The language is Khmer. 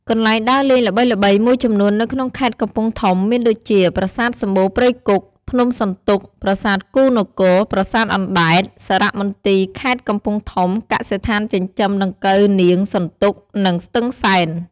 កន្លែងដើរលេងល្បីៗមួយចំនួននៅក្នុងខេត្តកំពង់ធំមានដូចជា ប្រាសាទសំបូរព្រៃគុក ភ្នំសន្ទុក ប្រាសាទគូហ៍នគរ ប្រាសាទអណ្ដែត សារមន្ទីរខេត្តកំពង់ធំ កសិដ្ឋានចិញ្ចឹមដង្កូវនាងសន្ទុក និងស្ទឹងសែន។